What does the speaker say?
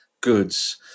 goods